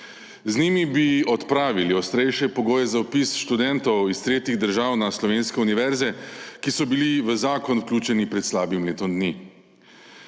Z njimi bi odpravili ostrejše pogoje za vpis študentov iz tretjih držav na slovenske univerze, ki so bili v zakon vključeni pred slabim letom dni.